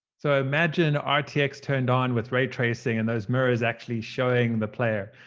so imagine um rtx turned on with ray tracing and those mirrors actually showing the player.